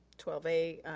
twelve a,